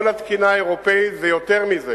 כל התקינה האירופית ויותר מזה